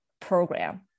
Program